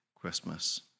Christmas